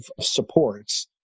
supports